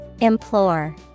Implore